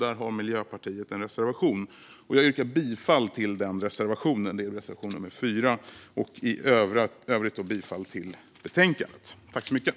Där har Miljöpartiet en reservation. Jag yrkar bifall till reservation nummer 4 och i övrigt bifall till utskottets förslag i betänkandet.